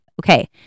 okay